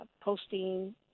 posting